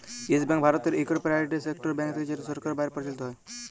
yes Bank ভারতের ইকট private sector bank যেট সরকারের বাইরে পরিচালিত হ্যয়